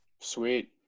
Sweet